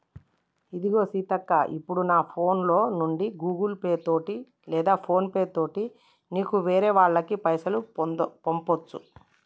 ఇదిగో సీతక్క ఇప్పుడు నా ఫోన్ లో నుండి గూగుల్ పే తోటి లేదా ఫోన్ పే తోటి నీకు వేరే వాళ్ళకి పైసలు పంపొచ్చు